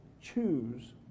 choose